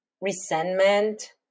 resentment